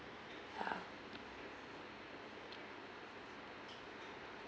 ya